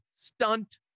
stunt